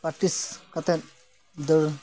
artist ᱠᱟᱛᱮᱫ ᱫᱟᱹᱲ